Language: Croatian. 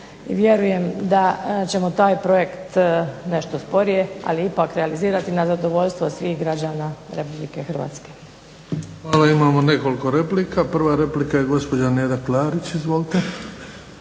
vjerujem da ćemo taj projekt nešto sporije, ali ipak realizirati na zadovoljstvo svih građana Republike Hrvatske. **Bebić, Luka (HDZ)** Hvala. Imamo nekoliko replika. Prva replika je gospođa Neda Klarić. Izvolite.